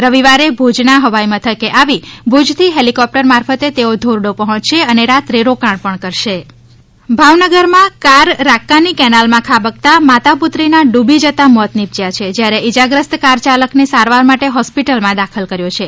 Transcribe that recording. રવિવારે ભુજના હવાઇ મથકે આવી ભુજથી હેલિકોપ્ટર મારફતે તેઓ ધોરડો પહોંચશે અને રાત્રે રોકાણ પણ કરશે અકસ્માત મોત ભાવનગરમાં કાર રાકકાની કેનાલમાં ખાબકતા માતા પુત્રીના ડુબી જતા મોત નીપજયા છે જયારે ઇજાગ્રસ્ત કારચાલકને સારવાર માટે હોસ્પીટલમાં દાખલ કર્યો છે